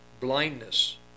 blindness